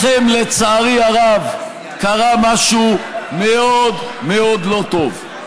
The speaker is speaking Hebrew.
לכם, לצערי הרב, קרה משהו מאוד מאוד לא טוב.